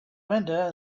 window